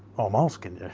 um asking